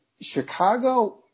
Chicago